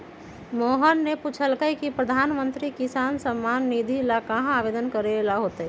मोहन ने पूछल कई की प्रधानमंत्री किसान सम्मान निधि ला कहाँ आवेदन करे ला होतय?